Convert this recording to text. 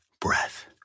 breath